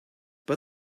but